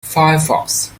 firefox